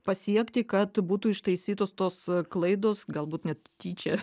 pasiekti kad būtų ištaisytos tos klaidos galbūt net tyčia